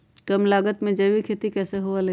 कम लागत में जैविक खेती कैसे हुआ लाई?